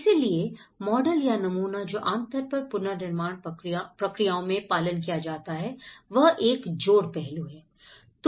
इसलिए मॉडल या नमूना जो आमतौर पर पुनर्निर्माण प्रक्रियाओं में पालन किया जाता है वह एक जोड़ पहलू है